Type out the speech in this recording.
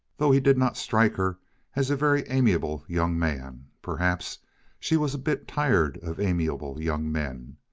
though he did not strike her as a very amiable young man. perhaps she was a bit tired of amiable young men.